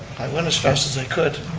i went as fast as i could.